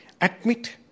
admit